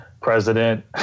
president